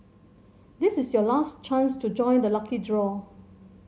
this is your last chance to join the lucky draw